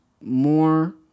more